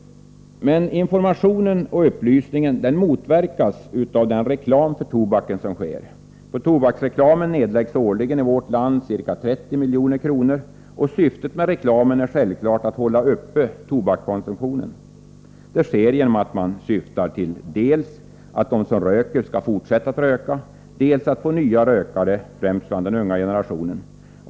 Men informationen och upplysningen motverkas av den reklam för tobaken som sker. På tobaksreklam nedläggs årligen i vårt land ca 30 milj.kr., och syftet med reklamen är självfallet att hålla uppe tobakskonsumtionen. Det sker genom att man syftar till dels att de som röker skall fortsätta att röka, dels att få nya rökare, främst bland den unga generationen.